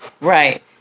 Right